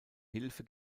hilfe